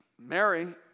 Mary